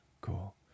Cool